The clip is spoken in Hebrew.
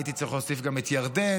הייתי צריך להוסיף גם את ירדן,